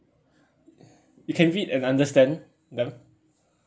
you can read and understand them